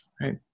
Right